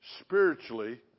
spiritually